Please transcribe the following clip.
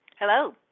Hello